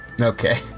Okay